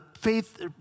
faith